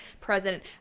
president